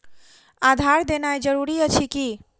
आधार देनाय जरूरी अछि की?